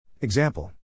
Example